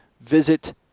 visit